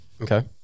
Okay